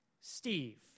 Steve